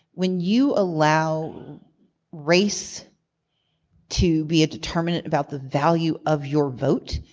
when you allow race to be a determinant about the value of your vote,